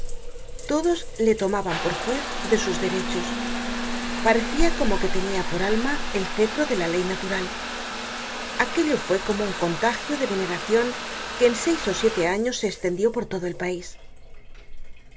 todos le tomaban por juez de sus derechos parecia como que tenia por alma el cetro de la ley natural aquello fue como un contagio de veneracion que en seis ó siete años se estendió por todo el pais un